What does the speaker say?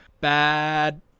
bad